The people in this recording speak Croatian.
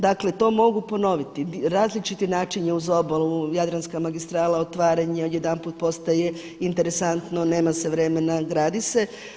Dakle, to mogu ponoviti, različit način je uz obalu, Jadranska magistrala, otvaranje odjedanput postaje interesantno, nema se vremena, gradi se.